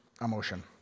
emotion